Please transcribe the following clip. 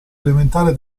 elementare